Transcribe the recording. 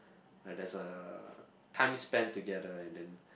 like there's uh time spent together and then